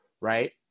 right